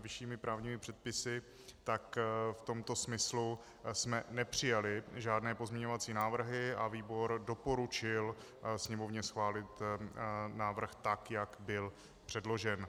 vyššími právními předpisy, tak v tomto smyslu jsme nepřijali žádné pozměňovací návrhy a výbor doporučil Sněmovně schválit návrh tak, jak byl předložen.